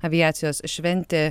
aviacijos šventė